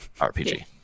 RPG